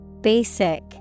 Basic